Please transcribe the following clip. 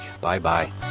Bye-bye